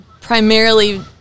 primarily